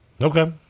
Okay